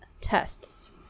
tests